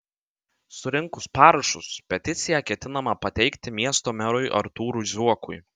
surinkus parašus peticiją ketinama pateikti miesto merui artūrui zuokui